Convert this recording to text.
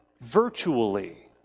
virtually